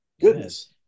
Goodness